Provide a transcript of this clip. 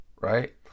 right